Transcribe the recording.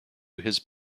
his